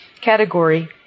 category